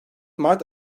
mart